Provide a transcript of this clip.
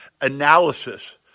analysis